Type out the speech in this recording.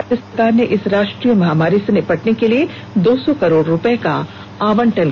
राज्य सरकार ने इस राष्ट्रीय महामारी से निपटने के लिए दो सौ करोड़ रुपये का आवंटन किया है